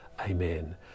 Amen